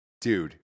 dude